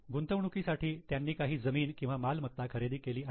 गुंतवणुकी साठी त्यांनी काही जमीन किंवा मालमत्ता खरेदी केली आहे